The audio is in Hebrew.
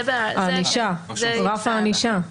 רף הענישה.